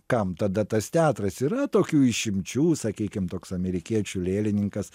kam tada tas teatras yra tokių išimčių sakykim toks amerikiečių lėlininkas